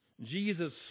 Jesus